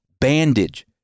bandage